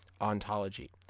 ontology